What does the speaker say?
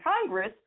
Congress